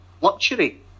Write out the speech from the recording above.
luxury